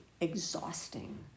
exhausting